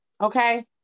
okay